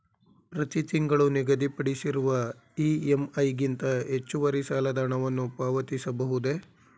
ಪ್ರತಿ ತಿಂಗಳು ನಿಗದಿಪಡಿಸಿರುವ ಇ.ಎಂ.ಐ ಗಿಂತ ಹೆಚ್ಚುವರಿ ಸಾಲದ ಹಣವನ್ನು ಪಾವತಿಸಬಹುದೇ?